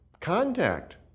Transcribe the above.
contact